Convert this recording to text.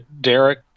Derek